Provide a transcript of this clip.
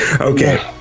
Okay